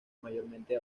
mayormente